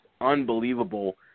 unbelievable